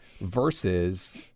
versus